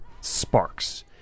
sparks